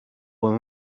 were